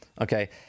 Okay